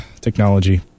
Technology